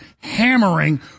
hammering